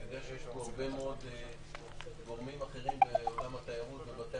אני יודע שיש פה הרבה מאוד גורמים אחרים בעולם התיירות בבתי